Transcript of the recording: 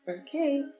Okay